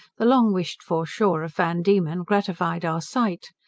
the long wished for shore of van diemen gratified our sight.